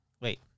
Wait